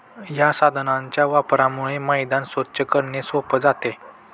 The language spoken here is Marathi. या साधनाच्या वापरामुळे मैदान स्वच्छ करणे सोपे जाते